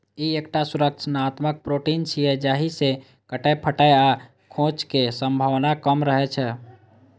ई एकटा सुरक्षात्मक प्रोटीन छियै, जाहि सं कटै, फटै आ खोंचक संभावना कम रहै छै